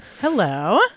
Hello